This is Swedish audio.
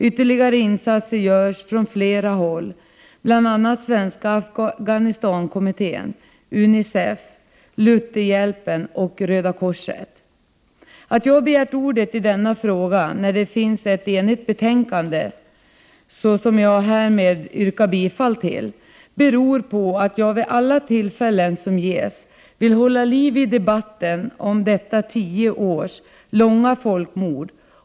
Ytterligare insatser görs från flera håll, bl.a. av Svenska Afghanistankommitten, UNICEF, Lutherhjälpen och Röda korset. Att jag har begärt ordet i denna fråga när det finns ett enigt betänkande — och jag yrkar härmed bifall till utskottets hemställan i betänkandet — beror på att jag vid alla tillfällen som ges vill hålla liv i debatten om detta tio år långa folkmord.